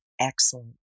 Excellent